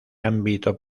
ámbito